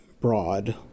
broad